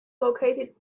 located